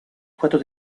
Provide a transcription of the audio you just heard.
cuatro